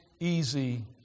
easy